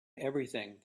everything